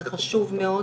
זה חשוב מאוד.